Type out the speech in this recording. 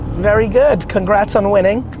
very good. congrats, on winning.